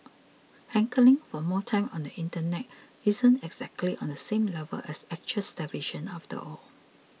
hankering for more time on the internet isn't exactly on the same level as actual starvation after all